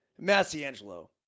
Massiangelo